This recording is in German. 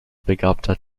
begabter